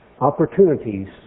opportunities